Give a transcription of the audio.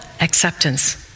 acceptance